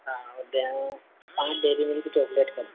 हाँ और पाँच डेरी मिल्क चोकलेट कर